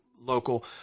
local